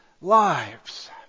lives